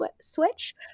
switch